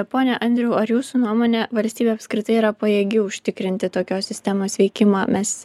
pone andriau ar jūsų nuomone valstybė apskritai yra pajėgi užtikrinti tokios sistemos veikimą mes